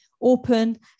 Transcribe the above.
open